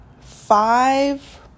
five